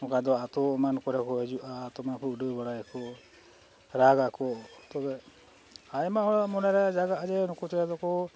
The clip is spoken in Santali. ᱚᱠᱟ ᱫᱚ ᱟᱛᱳ ᱮᱢᱟᱱ ᱠᱚᱨᱮ ᱠᱚ ᱦᱤᱡᱩᱜᱼᱟ ᱟᱛᱳ ᱚᱱᱟ ᱠᱚᱨᱮ ᱠᱚ ᱩᱰᱟᱹᱣ ᱵᱟᱲᱟᱭᱟᱠᱚ ᱨᱟᱜᱟᱠᱚ ᱛᱚᱵᱮ ᱟᱭᱢᱟ ᱦᱚᱲᱟᱜ ᱢᱚᱱᱮᱨᱮ ᱡᱟᱜᱟᱜᱼᱟ ᱡᱮ ᱱᱩᱠᱩ ᱪᱮᱬᱮ ᱫᱚᱠᱚ